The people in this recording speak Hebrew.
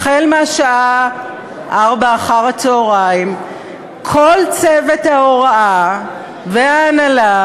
החל בשעה 16:00 כל צוות ההוראה וההנהלה,